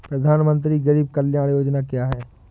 प्रधानमंत्री गरीब कल्याण योजना क्या है?